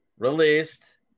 released